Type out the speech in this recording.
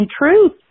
truth